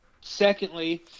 Secondly